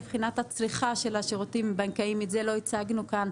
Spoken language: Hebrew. מבחינת הצריכה של השירותים הבנקאיים את זה לא הצגנו כאן,